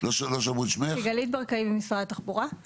סיגלית ברקאי, ממשרד התחבורה.